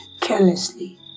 carelessly